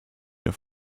der